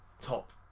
top